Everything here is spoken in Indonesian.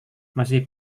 masih